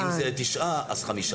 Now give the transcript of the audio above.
אם זה תשעה, אז חמישה.